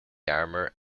armor